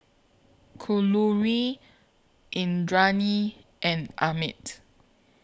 Kalluri Indranee and Amit